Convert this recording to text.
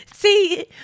See